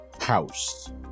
House